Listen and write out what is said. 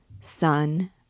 Sun